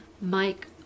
Mike